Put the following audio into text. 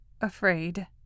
afraid